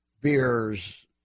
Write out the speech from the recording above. beers